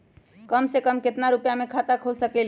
कम से कम केतना रुपया में खाता खुल सकेली?